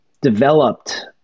developed